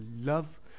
love